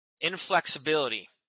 Inflexibility